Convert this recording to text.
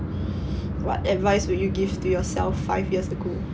what advice would you give to yourself five years ago